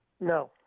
No